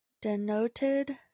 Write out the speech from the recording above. Denoted